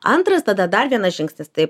antras tada dar vienas žingsnis tai